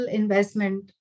investment